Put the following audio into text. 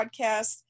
podcast